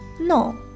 No